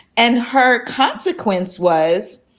and her consequence was,